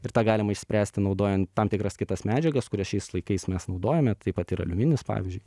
ir tą galima išspręsti naudojant tam tikras kitas medžiagas kurias šiais laikais mes naudojame taip pat ir aliuminis pavyzdžiui